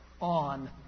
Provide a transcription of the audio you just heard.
on